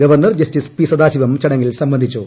governor justice P Sathasivam ചടങ്ങിൽ സംബന്ധിച്ചു